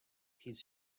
his